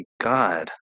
God